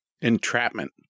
entrapment